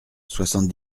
soixante